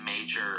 major